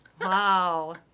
Wow